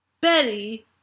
Betty